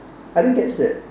I didn't catch that